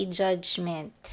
judgment